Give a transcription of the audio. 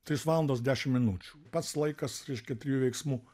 trys valandos dešim minučių pats laikas reiškia trijų veiksmų